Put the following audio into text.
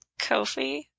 Kofi